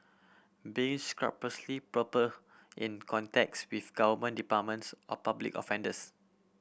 be scrupulously proper in contacts with government departments or public offenders